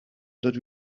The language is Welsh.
dydw